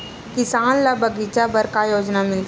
किसान ल बगीचा बर का योजना मिलथे?